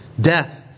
death